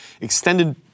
extended